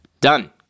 Done